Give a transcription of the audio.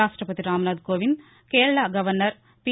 రాష్ట్షపతి Ramnath Kovind Kerala governor P